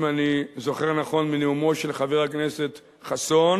אם אני זוכר נכון מנאומו של חבר הכנסת חסון,